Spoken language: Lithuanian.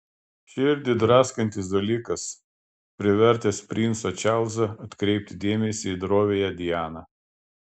širdį draskantis dalykas privertęs princą čarlzą atkreipti dėmesį į droviąją dianą